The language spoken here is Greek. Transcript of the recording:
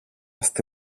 στη